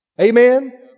Amen